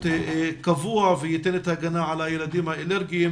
קבוע וייתן את ההגנה לילדים האלרגיים